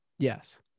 Yes